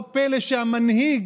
לא פלא שהמנהיג